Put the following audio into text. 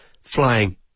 flying